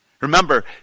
Remember